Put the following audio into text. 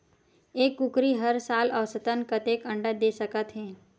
एक कुकरी हर साल औसतन कतेक अंडा दे सकत हे?